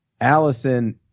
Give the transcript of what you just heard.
Allison